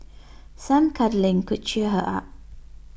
some cuddling could cheer her up